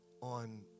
on